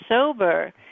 sober